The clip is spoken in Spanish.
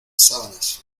sábanas